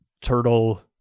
turtle